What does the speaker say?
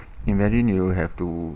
imagine you have to